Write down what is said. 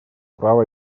права